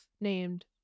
named